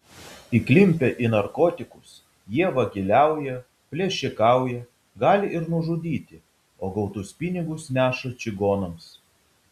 įklimpę į narkotikus jie vagiliauja plėšikauja gali ir nužudyti o gautus pinigus neša čigonams